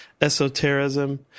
Esotericism